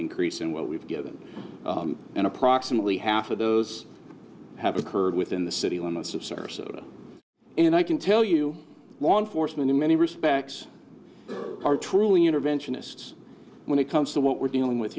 increase in what we've given and approximately half of those have occurred within the city limits of sars and i can tell you law enforcement in many respects are truly interventionists when it comes to what we're dealing with